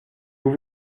vous